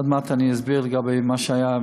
עוד מעט אני אסביר לגבי מה שהיה,